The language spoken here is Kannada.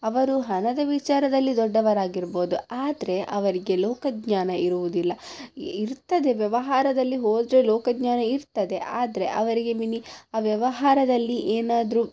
ಅವರು ಹಣದ ವಿಚಾರದಲ್ಲಿ ದೊಡ್ಡವರಾಗಿರ್ಬೋದು ಆದರೆ ಅವರಿಗೆ ಲೋಕಜ್ಞಾನ ಇರುವುದಿಲ್ಲ ಇರ್ತದೆ ವ್ಯವಹಾರದಲ್ಲಿ ಹೋದರೆ ಲೋಕಜ್ಞಾನ ಇರ್ತದೆ ಆದರೆ ಅವರಿಗೆ ಮಿನಿ ಆ ವ್ಯವಹಾರದಲ್ಲಿ ಏನಾದರು